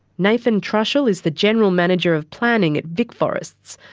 nathan trushell is the general manager of planning at vicforests,